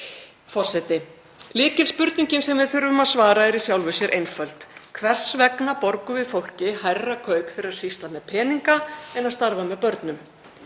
Forseti. Lykilspurningin sem við þurfum að svara er í sjálfu sér einföld: Hvers vegna borgum við fólki hærra kaup fyrir að sýsla með peninga en að starfa með börnum?